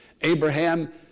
Abraham